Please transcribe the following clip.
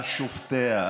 על שופטיה,